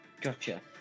gotcha